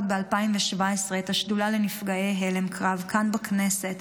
ב-2017 את השדולה לנפגעי הלם קרב כאן בכנסת,